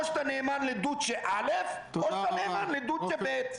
או שאתה נאמן לדוצ'ה א' או שאתה נאמן לדוצ'ה ב'.